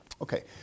Okay